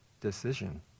decision